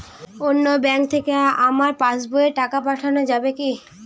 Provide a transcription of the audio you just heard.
অন্য ব্যাঙ্ক থেকে আমার পাশবইয়ে টাকা পাঠানো যাবে কি?